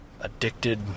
addicted